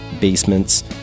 Basements